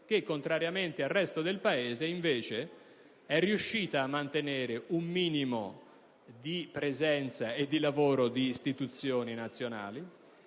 che, contrariamente al resto del Paese, è riuscito a mantenere un minimo di presenza e di lavoro di istituzioni nazionali